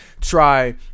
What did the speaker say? try